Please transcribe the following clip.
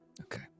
Okay